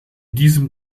diesem